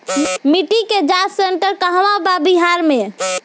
मिटी के जाच सेन्टर कहवा बा बिहार में?